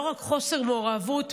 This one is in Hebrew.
ולא רק חוסר מעורבות,